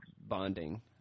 bonding